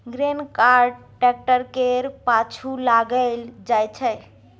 grain cart tractor केर पाछु लगाएल जाइ छै